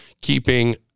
keeping